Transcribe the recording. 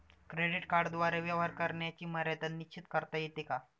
Credit कार्डद्वारे व्यवहार करण्याची मर्यादा निश्चित करता येते का?